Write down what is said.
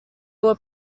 were